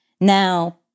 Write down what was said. Now